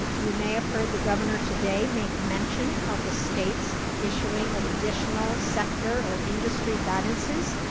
um you may have heard the governor today make mention of the states issuing of additional sector or industry guidances.